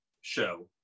show